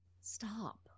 Stop